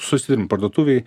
susiduriam parduotuvėj